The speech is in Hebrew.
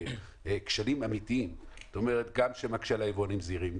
כשלים אמיתיים שמקשים על היבואנים הזעירים,